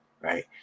right